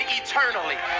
eternally